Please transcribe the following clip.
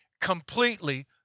completely